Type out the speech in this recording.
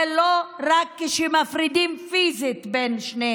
זה לא רק כשמפרידים פיזית בין שתי